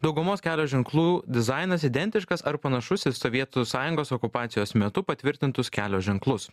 daugumos kelio ženklų dizainas identiškas ar panašus į sovietų sąjungos okupacijos metu patvirtintus kelio ženklus